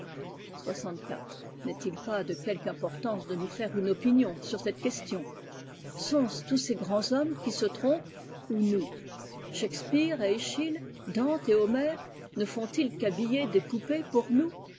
n'est-il pas de quelque importance de nous faire une opinion sur cette question sont-ce tous ces grands hommes qui se trompent ou nous shakespeare et eschyle dante et homère ne fontils qu'habiller des poupées pour nous